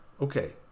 Okay